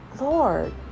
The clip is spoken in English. Lord